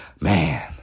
Man